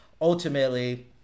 ultimately